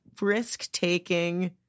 risk-taking